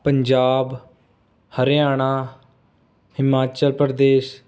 Punjab Haryana Himachal Pradesh